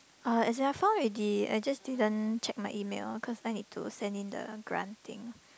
uh as in I found already I just didn't check my email cause I need to send in the grant thing